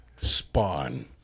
Spawn